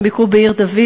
הם ביקרו בעיר-דוד,